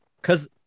Because-